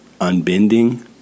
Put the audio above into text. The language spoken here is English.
unbending